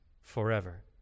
forever